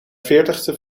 veertigste